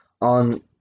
on